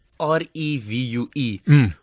R-E-V-U-E